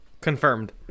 Confirmed